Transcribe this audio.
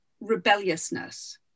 rebelliousness